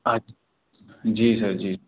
आ जी सर जी